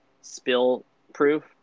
spill-proof